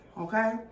okay